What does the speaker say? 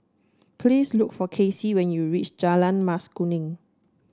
please look for Casey when you reach Jalan Mas Kuning